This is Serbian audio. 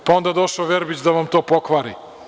Pa, onda došao Verbić da vam to pokvari.